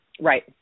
Right